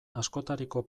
askotariko